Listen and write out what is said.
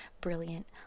brilliant